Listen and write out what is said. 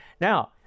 Now